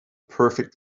perfect